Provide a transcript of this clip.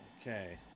Okay